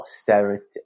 austerity